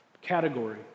category